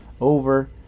over